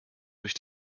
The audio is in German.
durch